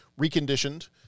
reconditioned